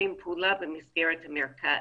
המשתפים פעולה במסגרת המרכז.